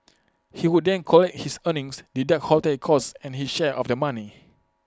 he would then collect his earnings deduct hotel costs and his share of the money